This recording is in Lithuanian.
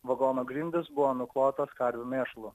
vagono grindys buvo nuklotos karvių mėšlu